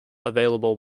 available